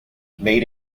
made